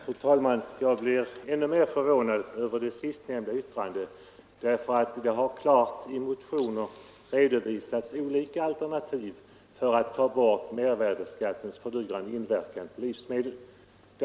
Fru talman! Jag blir ännu mer förvånad efter herr Magnussons i Borås senaste yttrande. Det har i motioner och reservationer klart redovisats olika alternativ för att ta bort mervärdeskattens fördyrande inverkan på livsmedel.